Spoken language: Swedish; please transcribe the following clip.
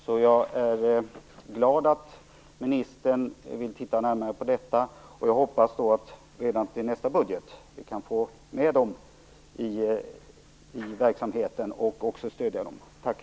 Jag är glad att ministern vill titta närmare på detta. Jag hoppas att vi redan i nästa budget kan få med detta och stödja denna verksamhet.